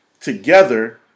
together